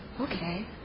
okay